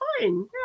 fine